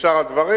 ושאר הדברים.